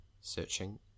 searching